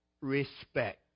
respect